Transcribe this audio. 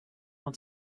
want